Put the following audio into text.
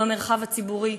במרחב הציבורי,